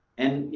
and, you